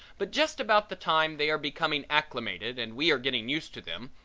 but just about the time they are becoming acclimated and we are getting used to them,